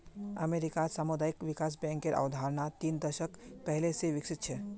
अमेरिकात सामुदायिक विकास बैंकेर अवधारणा तीन दशक पहले स विकसित छ